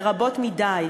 ורבות מדי,